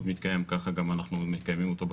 גם זה עיקרון מנחה אותנו,